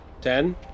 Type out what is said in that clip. Ten